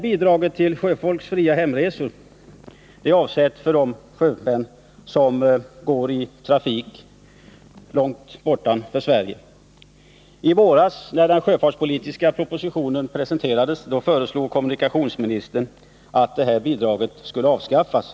— Bidraget till sjöfolkets fria hemresor är avsett för de sjömän som arbetar på båtar som går i trafik långt bortanför Sverige. I våras, när den sjöfartspolitiska propositionen presenterades, föreslog kommunikationsministern att bidraget skulle avskaffas.